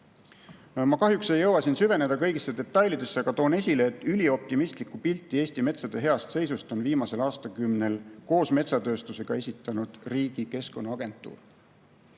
Ma kahjuks ei jõua siin süveneda kõigisse detailidesse, aga toon esile, et ülioptimistlikku pilti Eesti metsade heast seisust on viimasel aastakümnel koos metsatööstusega esitanud riigi Keskkonnaagentuur.